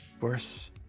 worse